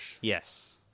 Yes